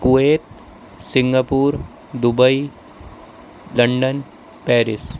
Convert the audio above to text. Kuwait Singapore Dubai London Paris